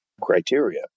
criteria